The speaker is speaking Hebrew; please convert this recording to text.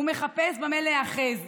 הוא מחפש במה להיאחז,